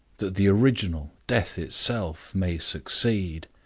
that the original, death itself, may succeed,